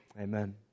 Amen